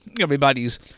Everybody's